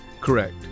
Correct